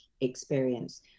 experience